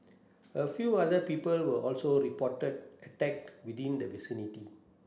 a few other people were also reported attacked within the vicinity